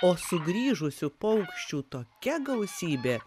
o sugrįžusių paukščių tokia gausybė